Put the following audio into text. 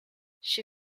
she